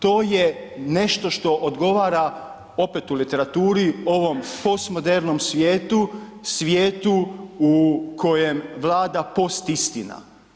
To je nešto što odgovara, opet u literaturi ovom postmodernom svijetu, svijetu u kojem vlada postisitina.